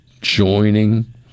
joining